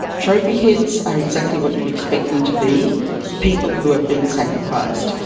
trophy heads are exactly what you'd expect them to be people who have been sacrificed.